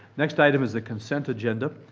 next item is the consent agenda.